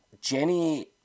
Jenny